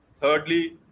Thirdly